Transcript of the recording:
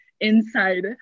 inside